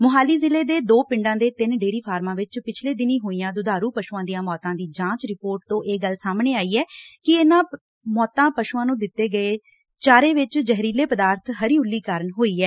ਮੁਹਾਲੀ ਜ਼ਿਲੇ ਦੇ ਦੋ ਪਿੰਡਾਂ ਦੇ ਤਿੰਨ ਡੇਅਰੀ ਫਾਰਮਾਂ ਵਿਚ ਪਿਛਲੇ ਦਿਨੀਂ ਹੋਈਆਂ ਦੁਧਾਰੁ ਪਸੁਆਂ ਦੀਆਂ ਮੌਤਾਂ ਦੀ ਜਾਂਚ ਰਿਪੋਰਟ ਤੋ ਇਹ ਗੱਲ ਸਾਹਮਣੇ ਆਈ ਐ ਕਿ ਇਹ ਮੌਤਾ ਪਸੁਆਂ ਨੂੰ ਦਿੱਤੇ ਗਏ ਚਾਰੇ ਵਿਚ ਜ਼ਹਿਰੀਲੇ ਪਦਾਰਬ ਹਰੀ ਉੱਲੀ ਕਾਰਨ ਹੋਈ ਐ